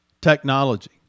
technology